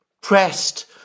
pressed